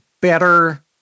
better